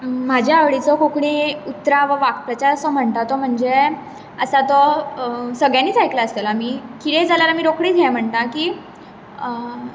म्हाज्या आवडीचो कोंकणी उतरां वा वाक्प्रचार जो म्हणजे आसा तो सगळ्यांनीच आयकला आसतलो आमी कितेंय जाल्यार आमी रोखडींच हें म्हणटा की